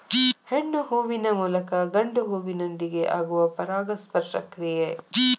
ಹೆಣ್ಣು ಹೂವಿನ ಮೂಲಕ ಗಂಡು ಹೂವಿನೊಂದಿಗೆ ಆಗುವ ಪರಾಗಸ್ಪರ್ಶ ಕ್ರಿಯೆ